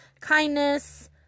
kindness